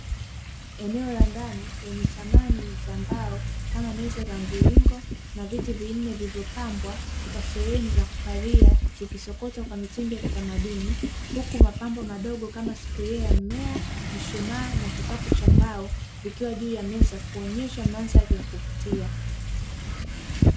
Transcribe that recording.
Eneo la ndani lenye samani za mbao kama meza ya mviringo na viti vinne vilivyopambwa kwa sehemu za kukalia zikisokotwa kwamitindo ya kitamaduni, huku mapambo madogo kama sufuria ya mmea, mshumaa na kikapu cha mbao vikiwa juu ya meza kuonyesha mandhari ya kuvutia.